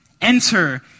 Enter